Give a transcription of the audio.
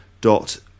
dot